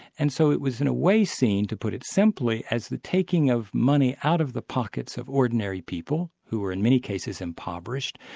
and so it was in a way seen, to put it simply, as the taking of money out of the pockets of ordinary people, who were in many cases impoverished,